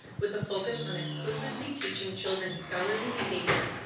with a focus on explicitly teaching children scholarly behavior,